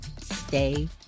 stay